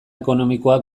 ekonomikoa